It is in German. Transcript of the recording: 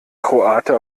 kroate